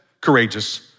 courageous